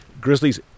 Grizzlies